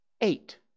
Eight